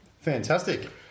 Fantastic